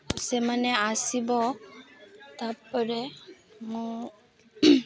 ସେମାନେ ଆସିବେ ତାପରେ ମୁଁ